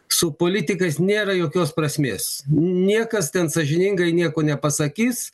su politikais nėra jokios prasmės niekas ten sąžiningai nieko nepasakys